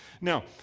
Now